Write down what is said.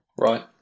Right